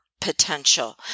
potential